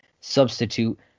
substitute